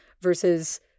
versus